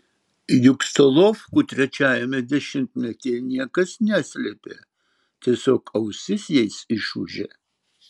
juk solovkų trečiajame dešimtmetyje niekas neslėpė tiesiog ausis jais išūžė